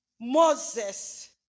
Moses